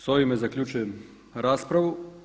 Sa ovime zaključujem raspravu.